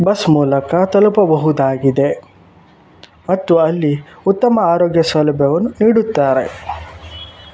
bus ಮೂಲಕ ತಲುಪಬಹುದಾಗಿದೆ ಮತ್ತು ಅಲ್ಲಿ ಉತ್ತಮ ಆರೋಗ್ಯ ಸೌಲಭ್ಯವನ್ನು ನೀಡುತ್ತಾರೆ